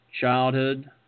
childhood